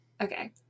Okay